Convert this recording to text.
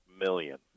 million